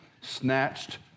snatched